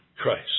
Christ